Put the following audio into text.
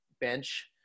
bench